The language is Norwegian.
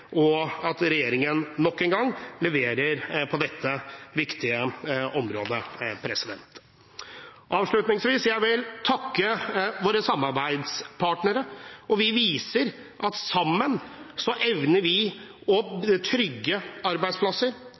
og at regjeringen nok en gang leverer – på dette viktige området. Avslutningsvis vil jeg takke våre samarbeidspartnere. Vi viser at sammen evner vi å trygge arbeidsplasser.